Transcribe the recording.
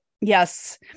yes